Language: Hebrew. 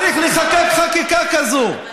כדי לחוקק חקיקה כזאת.